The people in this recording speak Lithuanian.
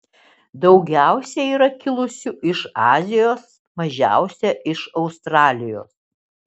daugiausiai yra kilusių iš azijos mažiausia iš australijos